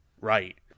Right